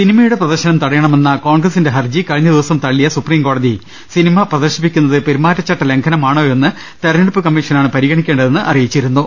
സിനിമയുടെ പ്രദർശനം തടയണമെന്ന കോൺഗ്രസിന്റെ ഹർജി കഴിഞ്ഞദിവസം തള്ളിയ സുപ്രീംകോടതി സിനിമ പ്രദർശിപ്പിക്കുന്നത് പെരുമാറ്റച്ചട്ടലംഘനമാണോ യെന്ന് തിരഞ്ഞെടുപ്പ് കമ്മിഷനാണ് പരിഗണിക്കേണ്ടതെന്ന് അറിയിച്ചിരു ന്നു